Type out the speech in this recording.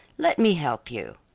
let me help you.